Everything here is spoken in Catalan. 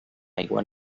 aigua